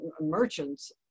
merchants